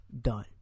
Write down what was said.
done